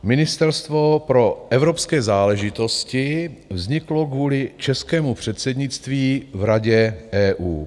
Ministerstvo pro evropské záležitosti vzniklo kvůli českému předsednictví v Radě EU.